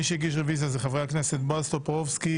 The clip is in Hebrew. הוגשו רוויזיה על ידי חברי הכנסת בועז טופורובסקי,